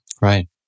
Right